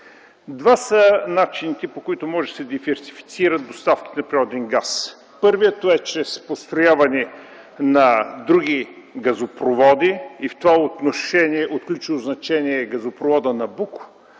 Два са начините, по които могат да се диверсифицират доставките на природен газ. Първият е чрез построяване на други газопроводи и в това отношение от ключово значение е газопроводът „Набуко”.